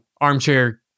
armchair